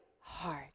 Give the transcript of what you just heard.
heart